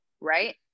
Right